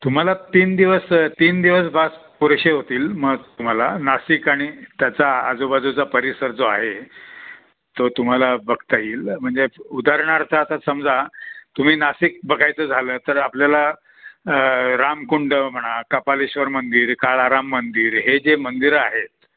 तुम्हाला तीन दिवस तीन दिवस बास पुरेसे होतील मग तुम्हाला नाशिक आणि त्याचा आजूबाजूचा परिसर जो आहे तो तुम्हाला बघता येईल म्हणजे उदाहरणार्थ आता समजा तुम्ही नाशिक बघायचं झालं तर आपल्याला रामकुंड म्हणा कपालेश्वर मंदिर काळाराम मंदिर हे जे मंदिरं आहेत